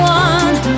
one